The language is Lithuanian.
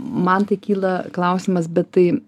man tai kyla klausimas bet tai